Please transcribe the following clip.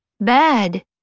Bad